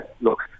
look